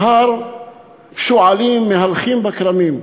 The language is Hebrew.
בהר שועלים מהלכים בכרמים,